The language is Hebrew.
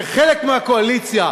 כחלק מהקואליציה,